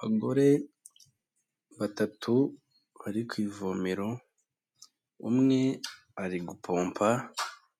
Abagore batatu bari ku ivomero umwe ari gupompa